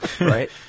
right